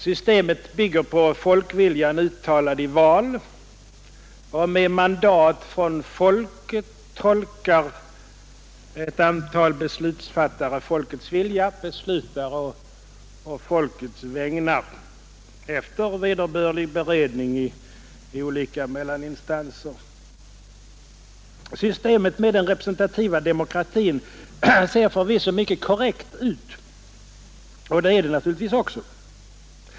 Systemet bygger på folkviljan uttalad i val, och med mandat från folket tolkar ett antal beslutsfattare folkets vilja, beslutar å folkets vägnar efter vederbörlig beredning i olika mellaninstanser. Systemet med den representativa demokratin ser förvisso mycket korrekt ut och är det naturligtvis också.